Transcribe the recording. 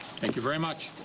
thank you very much.